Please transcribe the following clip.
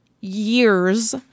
years